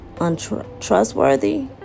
untrustworthy